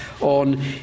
on